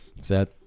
sad